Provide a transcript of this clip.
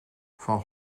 van